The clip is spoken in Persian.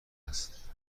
است